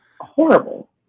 Horrible